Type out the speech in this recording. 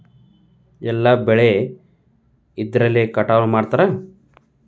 ಎಲ್ಲ ಬೆಳೆ ಎದ್ರಲೆ ಕಟಾವು ಮಾಡ್ತಾರ್?